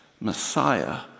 Messiah